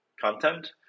content